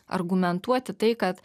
argumentuoti tai kad